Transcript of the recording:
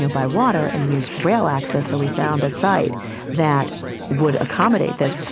so by water and use rail access. so we found a site that would accommodate this.